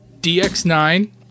DX9